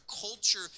culture